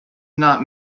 not